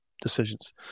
decisions